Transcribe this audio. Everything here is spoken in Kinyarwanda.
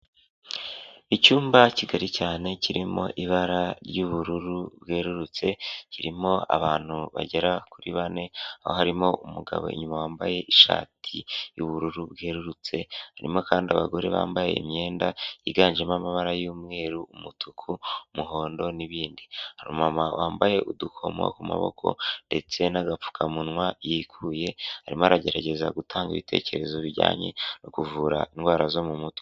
Icyumba kigari cyane kirimo ibara ry'ubururu bwerurutse, kirimo abantu bagera kuri bane, aho harimo umugabo inyuma wambaye ishati y'ubururu bwerurutse, harimo kandi abagore bambaye imyenda yiganjemo amabara y'umweru, umutuku, umuhondo n'ibindi. Hari umumama wambaye udukomo ku maboko, ndetse n'agapfukamunwa yikuye, arimo aragerageza gutanga ibitekerezo bijyanye no kuvura indwara zo mu mutwe.